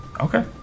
Okay